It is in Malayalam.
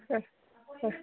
ആ ആ